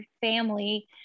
family